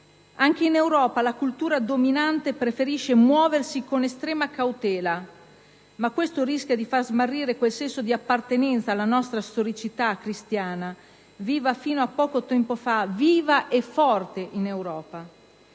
Anche in Europa la cultura dominante preferisce muoversi con estrema cautela, ma questo rischia di far smarrire quel senso di appartenenza alla nostra storicità cristiana, viva e forte in Europa